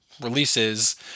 Releases